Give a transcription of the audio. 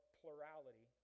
plurality